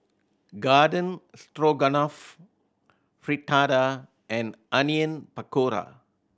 Garden Stroganoff Fritada and Onion Pakora